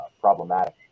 problematic